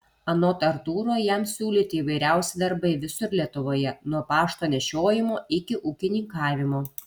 anot artūro jam siūlyti įvairiausi darbai visur lietuvoje nuo pašto nešiojimo iki ūkininkavimo